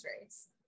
race